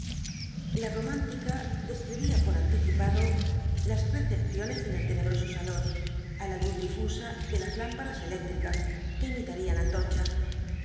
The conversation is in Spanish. la romántica describía por anticipado las recepciones en el tenebroso salón á la luz difusa de las lámparas eléctricas que imitarían antorchas